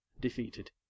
defeated